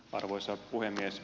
arvoisa puhemies